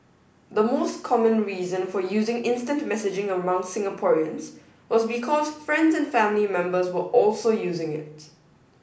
the most common reason for using instant messaging among Singaporeans was because friends and family members were also using it